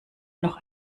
noch